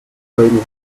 aurait